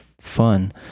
fun